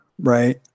Right